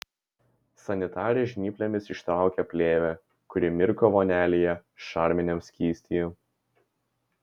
sanitarė žnyplėmis ištraukė plėvę kuri mirko vonelėje šarminiam skystyje